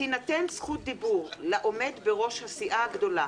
תינתן זכות דיבור לעומד בראש הסיעה הגדולה